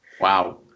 wow